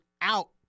out